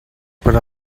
per